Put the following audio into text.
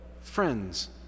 friends